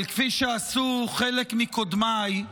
אבל כפי שעשו חלק מקודמיי,